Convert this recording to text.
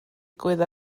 digwydd